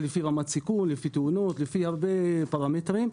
רמת סיכון; תאונות; לפי הרבה פרמטרים.